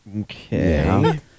Okay